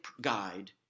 guide